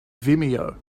vimeo